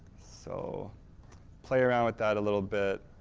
so play around with that a little bit,